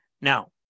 Now